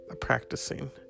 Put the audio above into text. practicing